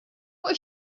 what